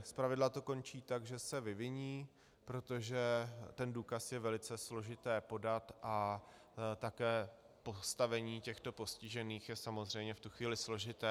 Zpravidla to končí tak, že se vyviní, protože ten důkaz je velice složité podat, a také postavení těchto postižených je samozřejmě v tu chvíli složité.